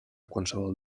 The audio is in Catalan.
qualsevol